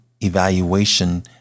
evaluation